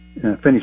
finish